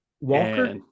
Walker